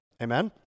Amen